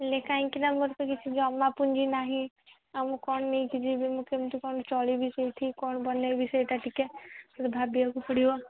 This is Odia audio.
ହେଲେ କାହିଁକିନା ମୋର ତ କିଛି ଜମା ପୁଞ୍ଜି ନାହିଁ ଆଉ ମୁଁ କ'ଣ ନେଇକି ଯିବି ମୁଁ କେମିତି କ'ଣ ଚଳିବି ସେଇଠି କ'ଣ ବନେଇବି ସେଇଟା ଟିକେ ମୋତେ ଭାବିବାକୁ ପଡ଼ିବ